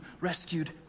rescued